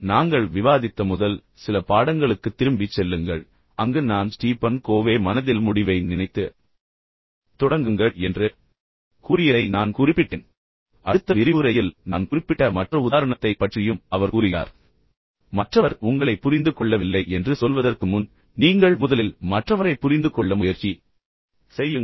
நாங்கள் விவாதித்த முதல் சில பாடங்களுக்குத் திரும்பிச் செல்லுங்கள் அங்கு நான் ஸ்டீபன் கோவே மனதில் முடிவை நினைத்து தொடங்குங்கள் என்று கூறியதை நான் குறிப்பிட்டேன் அடுத்த விரிவுரையில் நான் குறிப்பிட்ட மற்ற உதாரணத்தைப் பற்றியும் அவர் கூறுகிறார் மற்றவர் உங்களைப் புரிந்து கொள்ளவில்லை என்று சொல்வதற்கு முன் நீங்கள் முதலில் மற்றவரைப் புரிந்துகொள்ள முயற்சி செய்யுங்கள்